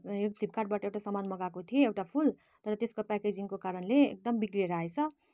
यो फ्लिपकार्डबाट एउटा सामान मगाएको थिएँ एउटा फुल तर त्यसको प्याकेजिङको कारणले एकदम बिग्रेर आएछ